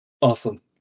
awesome